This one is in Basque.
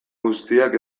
guztiak